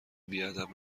بیادب